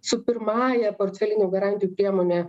su pirmąja portfelinių garantijų priemone